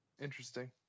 Interesting